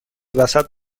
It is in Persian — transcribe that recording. وسط